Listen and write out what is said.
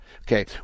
Okay